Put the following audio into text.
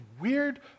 weird